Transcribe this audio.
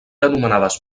anomenades